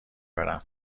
برم